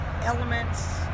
elements